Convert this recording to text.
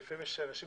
לפעמים יש אנשים